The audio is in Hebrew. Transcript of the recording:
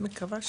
מקווה שכן.